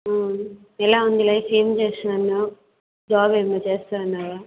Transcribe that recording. ఎలా ఉంది లైఫ్ ఏం చేస్తున్నావు జాబేమన్నా చేస్తన్నావా